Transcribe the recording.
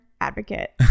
advocate